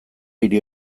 hiri